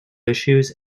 issues